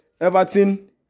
Everton